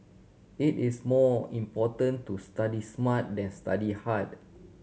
it is more important to study smart than study hard